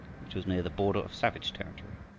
which was near the border of savage territory.